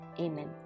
Amen